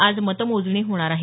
आज मतमोजणी होणार आहे